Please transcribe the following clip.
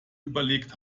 überlegt